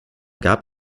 gab